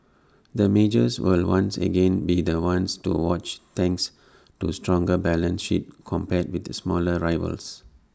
the majors will once again be the ones to watch thanks to stronger balance sheets compared with smaller rivals